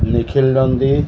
Nikhil Nandi